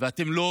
ואתם לא